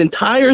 entire